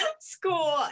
school